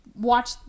watch